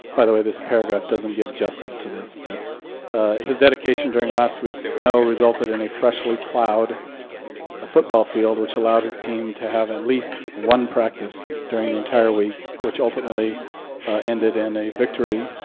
by the way, this paragraph doesn't give justice to this but his dedication during last week's snow resulted in a freshly plowed ah football field. which allowed his team to have at least one practice during the entire week, which ultimately ended in a victory.